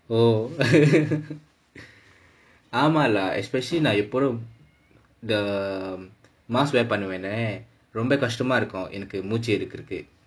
oh ஆமா:aamaa lah especially நான் எப்போதும் இந்த:naan eppothum intha mask wear பண்ணுவேனே ரொம்ப கஷ்டமா இருக்கும் எனக்கு மூச்சு எடுக்குறதுக்கு:kashtamaa irrukkum moochu edukkuradukku